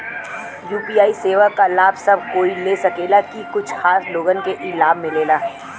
UPI सेवा क लाभ सब कोई ले सकेला की कुछ खास लोगन के ई लाभ मिलेला?